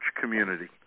community